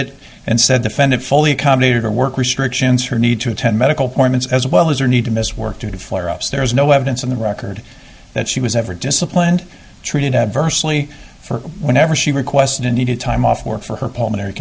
it and said defendant fully accommodated her work restrictions her need to attend medical formants as well as her need to miss work due to flare ups there is no evidence on the record that she was ever disciplined treated adversely for whenever she requested and needed time off work for her pulmonary